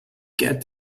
get